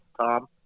Tom